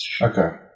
Okay